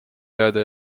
jääda